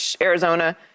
Arizona